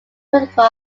critical